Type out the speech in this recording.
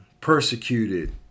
persecuted